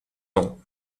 ans